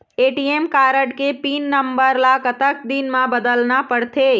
ATM card के PIN number ला कतक दिन म बदलना पड़थे?